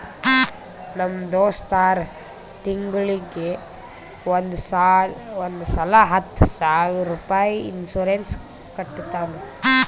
ನಮ್ ದೋಸ್ತ ಆರ್ ತಿಂಗೂಳಿಗ್ ಒಂದ್ ಸಲಾ ಹತ್ತ ಸಾವಿರ ರುಪಾಯಿ ಇನ್ಸೂರೆನ್ಸ್ ಕಟ್ಟತಾನ